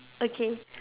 okay